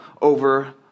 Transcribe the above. over